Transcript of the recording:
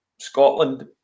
Scotland